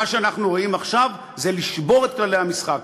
ומה שאנחנו רואים עכשיו זה לשבור את כללי המשחק,